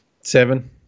Seven